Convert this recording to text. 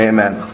Amen